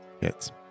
Hits